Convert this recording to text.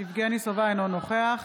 אינו נוכח